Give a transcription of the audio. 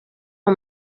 uwo